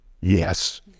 Yes